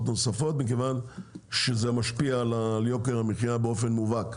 הנוספות מכיוון שזה משפיע על היוקר המחיה באופן מובהק,